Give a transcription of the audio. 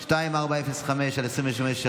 פ/2405/25,